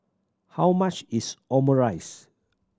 how much is Omurice